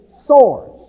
source